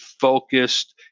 focused